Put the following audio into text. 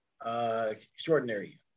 Extraordinary